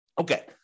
Okay